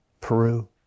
Peru